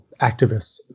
activists